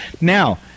Now